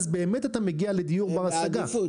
כך אתה באמת מגיע לדיור בר השגה.